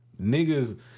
niggas